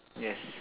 yes